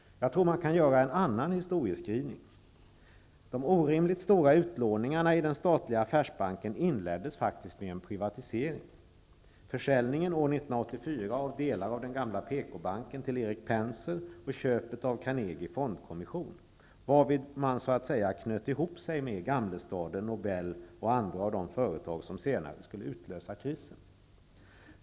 Jag tror att man kan göra en annan historieskrivning. De orimligt stora utlåningarna i den statliga affärsbanken inleddes faktiskt med en privatisering, med försäljningen år 1984 av delar av den gamla PKbanken till Erik Penser och med köpet av Carnegie Fondkommission, varvid man så att säga knöt ihop sig med Gamlestaden, Nobel och de andra företag som senare skulle utlösa krisen.